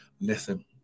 Listen